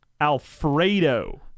Alfredo